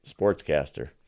sportscaster